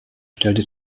stellte